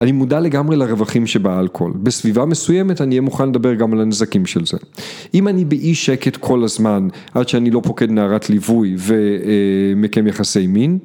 אני מודע לגמרי לרווחים שבאלכוהול, בסביבה מסוימת אני אהיה מוכן לדבר גם על הנזקים של זה. אם אני באי שקט כל הזמן עד שאני לא פוקד נערת ליווי ומקיים יחסי מין